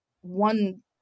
one